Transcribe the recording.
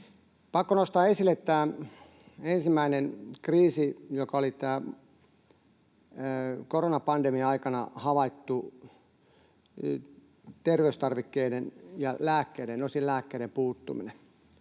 Pakko nostaa esille tämä ensimmäinen kriisi, joka oli tämä koronapandemian aikana havaittu terveystarvikkeiden ja osin lääkkeiden puuttuminen.